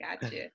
Gotcha